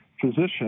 physician